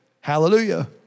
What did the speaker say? Hallelujah